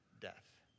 death